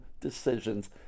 decisions